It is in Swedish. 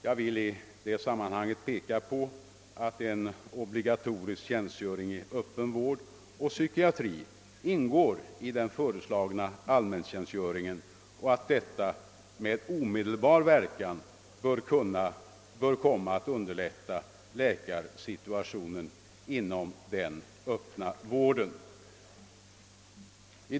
Jag vill i detta sammanhang påpeka att en obligatorisk tjänstgöring i öppen vård och psykiatri ingår i den föreslagna allmäntjänstgöringen och att detta med omedelbar verkan bör komma att underlätta läkarsituationen inom den öppna vården.